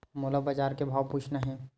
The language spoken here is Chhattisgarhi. मोला बजार के भाव पूछना हे?